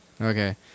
Okay